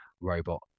robot